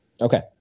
okay